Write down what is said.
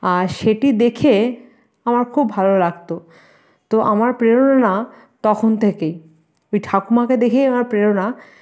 আর সেটি দেখে আমার খুব ভালো লাগতো তো আমার প্রেরণা তখন থেকেই ওই ঠাকুমাকে দেখেই আমার প্রেরণা